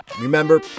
Remember